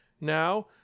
Now